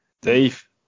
Dave